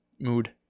mood